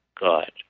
God